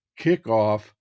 kickoff